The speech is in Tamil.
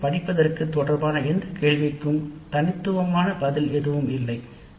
கணக்கெடுப்பு தொடர்பான எந்தவொரு கேள்விக்கும் தனித்துவமான பதில் இல்லை வடிவம்